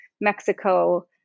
Mexico